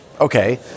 Okay